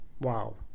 Wow